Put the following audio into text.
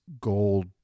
gold